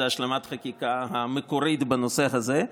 עם השלמת החקיקה המקורית בנושא הזה.